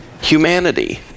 Humanity